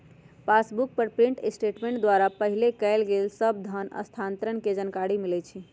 passbook पर print statement द्वारा पहिले कएल गेल सभ धन स्थानान्तरण के जानकारी मिलइ छइ